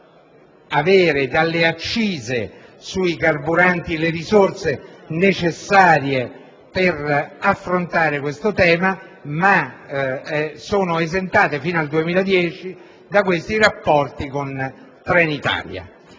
ricavare dalle accise sui carburanti le risorse necessarie per affrontare questo tema, ma esse sono esentate fino al 2010 dall'intrattenere un rapporto con Trenitalia.